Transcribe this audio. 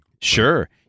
Sure